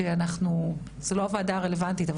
וזו לא הוועדה הרלוונטית,